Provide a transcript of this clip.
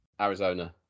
Arizona